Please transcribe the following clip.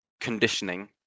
conditioning